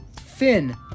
Finn